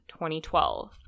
2012